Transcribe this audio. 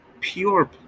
pure